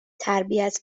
تربیت